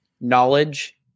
knowledge